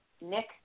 Nick